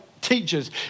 teachers